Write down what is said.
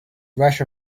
rush